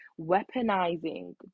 weaponizing